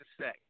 say